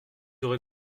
aurez